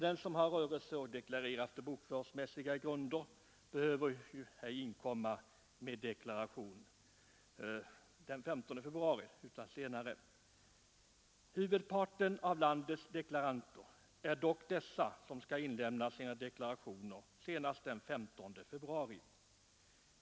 Den som har rörelse och deklarerar på bokföringsmässiga grunder behöver ej inkomma med deklarationen den 15 februari utan kan avlämna sin deklaration senare. Huvudparten av landets deklaranter skall dock inlämna sina deklarationer senast den 15 februari.